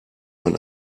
man